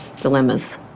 dilemmas